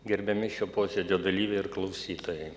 gerbiami šio posėdžio dalyviai ir klausytojai